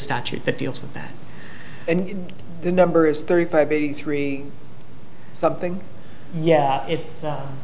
statute that deals with that and the numbers thirty five eighty three something yeah it's